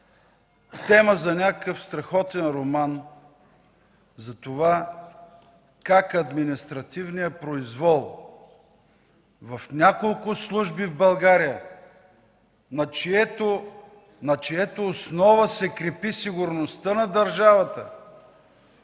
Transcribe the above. тема за някакъв страхотен роман за това как административният произвол в няколко служби в България, на чиято основа се крепи сигурността на държавата,